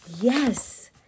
yes